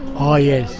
oh yeh,